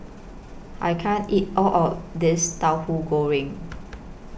I can't eat All of This Tahu Goreng